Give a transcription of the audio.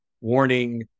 warning